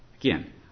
Again